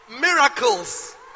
miracles